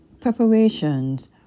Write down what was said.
preparations